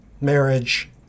marriage